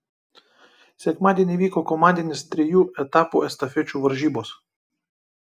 sekmadienį vyko komandinės trijų etapų estafečių varžybos